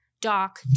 Doc